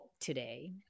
today